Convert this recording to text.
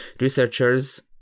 researchers